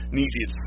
needed